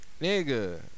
Nigga